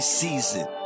season